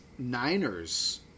Niners